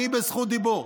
אני בזכות דיבור.